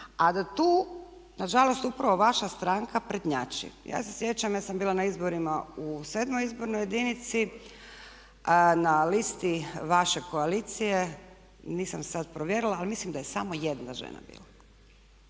a da tu nažalost upravo vaša stranka prednjači. Ja se sjećam, ja sam bila na izborima u sedmoj izbornoj jedinici. Na listi vaše koalicije nisam sad provjerila ali mislim da je samo jedna žena bila.